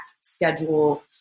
schedule